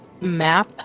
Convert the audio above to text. map